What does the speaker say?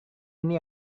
ini